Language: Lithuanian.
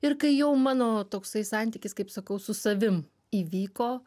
ir kai jau mano toksai santykis kaip sakau su savim įvyko